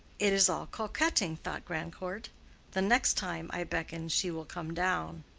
it is all coquetting, thought grandcourt the next time i beckon she will come down.